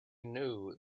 knew